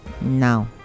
now